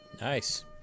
Nice